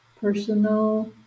personal